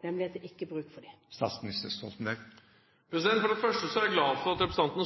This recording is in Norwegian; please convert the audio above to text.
nemlig at det ikke er bruk for dem? For det første er jeg glad for at representanten